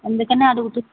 అందుకని అడుగుతున్నా